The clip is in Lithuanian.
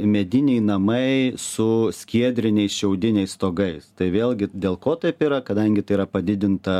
mediniai namai su skiedriniais šiaudiniais stogais tai vėlgi dėl ko taip yra kadangi tai yra padidinta